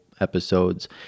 episodes